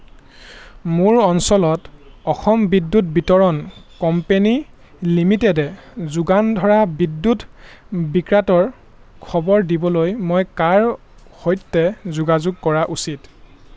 মোৰ অঞ্চলত অসম বিদ্যুৎ বিতৰণ কোম্পানী লিমিটেডে যোগান ধৰা বিদ্যুৎ বিভ্ৰাটৰ খবৰ দিবলৈ মই কাৰ সৈতে যোগাযোগ কৰা উচিত